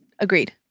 agreed